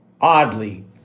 oddly